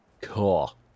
Cool